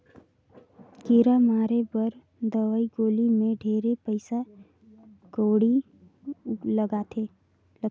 कीरा मारे कर दवई गोली मे ढेरे पइसा कउड़ी लगथे